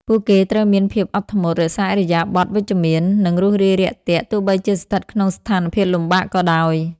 ពួកគេត្រូវមានភាពអត់ធ្មត់ រក្សាឥរិយាបថវិជ្ជមាន និងរួសរាយរាក់ទាក់ ទោះបីជាស្ថិតក្នុងស្ថានភាពលំបាកក៏ដោយ។